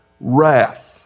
Wrath